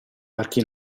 parchi